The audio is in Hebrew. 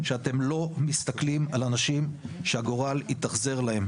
שאתם לא מסתכלים על אנשים שהגורל התאכזר להם,